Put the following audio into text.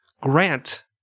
Grant